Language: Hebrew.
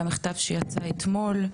על המכתב שיצא אתמול,